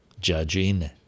judging